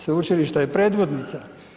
Sveučilište je predvodnica.